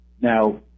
Now